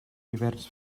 hiverns